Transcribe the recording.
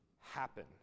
Happen